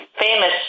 famous